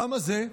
כמה זה?